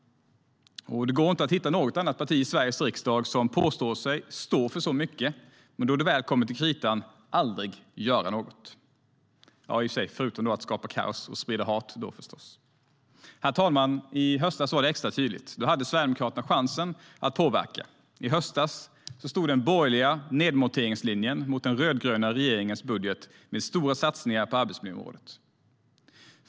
Det går inte att hitta något annat parti i Sveriges riksdag som påstår sig stå för så mycket men då det väl kommer till kritan aldrig gör något, förutom att skapa kaos och sprida hat förstås. Herr talman! I höstas var det extra tydligt. Då hade Sverigedemokraterna chansen att påverka. I höstas stod den borgerliga nedmonteringslinjen mot den rödgröna regeringens budget med stora satsningar på arbetsmiljöområdet.